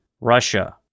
Russia